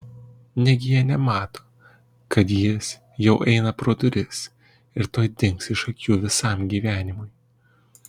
negi jie nemato kad jis jau eina pro duris ir tuoj dings iš akių visam gyvenimui